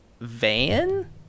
van